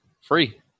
free